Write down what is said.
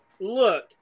Look